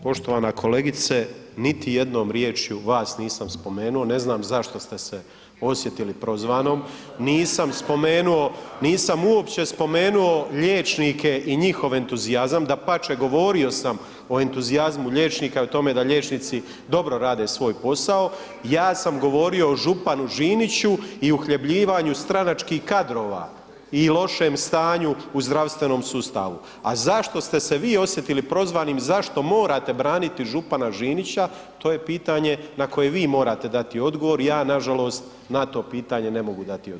Poštovana kolegice niti jednom riječju vas nisam spomenuo, ne znam zašto ste se osjetili prozvanom, nisam spomenuo, nisam uopće spomenuo liječnike i njihov entuzijazam, dapače govorio sam o entuzijazmu liječnika o tome da liječnici dobro rade svoj posao, ja sam govorio o županu Žiniću i uhljebljivanju stranačkih kadrova i lošem stanju u zdravstvenom sustavu, a zašto ste se vi osjetili prozvanim, zašto morate braniti župana Žinića, to je pitanje na koje vi morate dati odgovor, ja nažalost na to pitanje ne mogu dati odgovor.